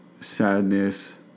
sadness